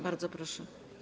Bardzo proszę.